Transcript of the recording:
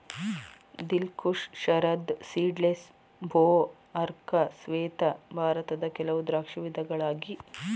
ದಿಲ್ Khush, Sharad seedless, ಭೋ, ಅರ್ಕ ಶ್ವೇತ ಭಾರತದ ಕೆಲವು ದ್ರಾಕ್ಷಿ ವಿಧಗಳಾಗಿ